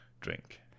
drink